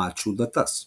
mačų datas